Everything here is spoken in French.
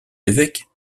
évêques